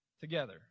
together